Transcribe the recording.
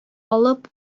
алып